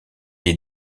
est